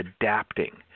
adapting